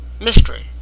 mystery